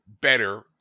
better